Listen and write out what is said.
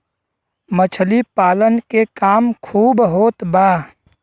मछली पालन के काम खूब होत बा